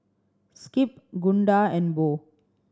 Skip Gunda and Bo